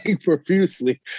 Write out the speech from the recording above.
profusely